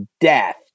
death